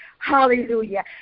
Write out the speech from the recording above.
Hallelujah